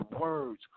words